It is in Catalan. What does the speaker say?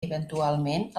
eventualment